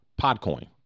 Podcoin